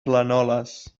planoles